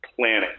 planet